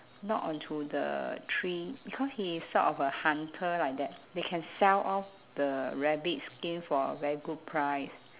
knock onto the tree because he is sort of a hunter like that they can sell off the rabbit skin for a very good price